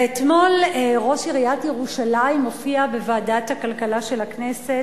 ואתמול ראש עיריית ירושלים ניר ברקת הופיע בוועדת הכלכלה של הכנסת